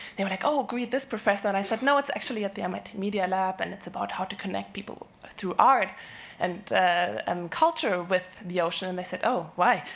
they were like, oh, greet this professor. and i said, no, it's actually at the mit media lab, and it's about how to connect people through art and and culture with the ocean, and they said, oh, why?